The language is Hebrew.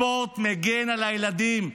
הספורט מגן על הילדים.